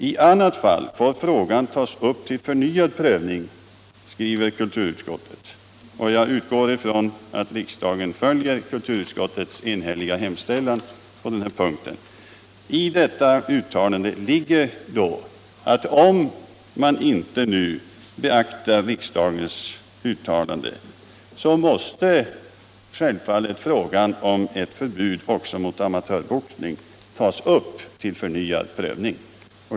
I annat fall får frågan tas upp till förnyad prövning, anser kulturutskottet, och jag utgår ifrån att riksdagen följer kulturutskottets enhälliga hemställan på denna punkt. I detta ligger då att om man inte beaktar riksdagens uttalande, måste självfallet frågan om ett förbud också mot amatörboxning tas upp till förnyad prövning.